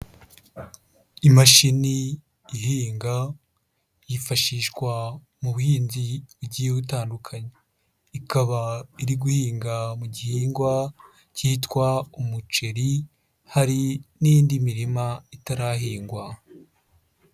Imashini ihinga yifashishwa mu buhinzi bugiye butandukanye, ikaba iri guhinga mu gihingwa cyitwa umuceri, hari n'indi mirima itarahingwa.